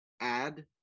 add